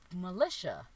Militia